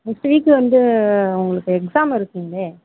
next week வந்து அவங்களுக்கு exam இருக்குதுங்களே